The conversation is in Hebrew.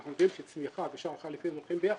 אנחנו יודעים שצמיחה ושער חליפין הולכים ביחד.